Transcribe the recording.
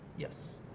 yes.